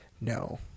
no